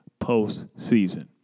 postseason